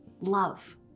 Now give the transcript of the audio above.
Love